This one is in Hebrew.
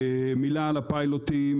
מילה על הפיילוטים